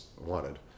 wanted